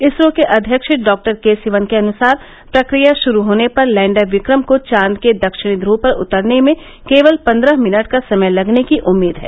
इसरो के अध्यक्ष डॉ के सिवन के अनुसार प्रक्रिया शुरू होने पर लैंडर विक्रम को चांद के दक्षिण ध्र्व पर उतरने में केवल पन्द्रह मिनट का समय लगने की उम्मीद है